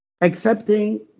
accepting